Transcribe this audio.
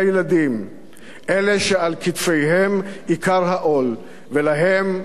אלה שעל כתפיהם עיקר העול ולהם אתה מפנה עורף.